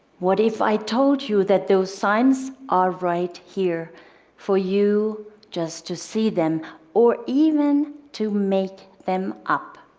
what if i told you that those signs are right here for you just to see them or even to make them up.